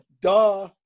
duh